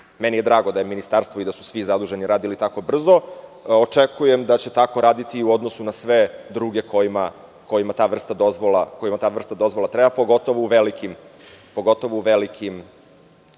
mi je da je ministarstvo i da su svi zaduženi radili tako brzo. Očekujem da će tako raditi i u odnosu na sve druge kojima ta vrsta dozvola treba, pogotovo u velikim